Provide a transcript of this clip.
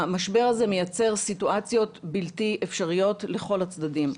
והמשבר הזה מייצר סיטואציות בלתי אפשריות לכל הצדדים.